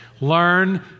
Learn